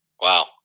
Wow